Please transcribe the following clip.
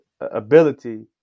ability